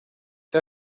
anitha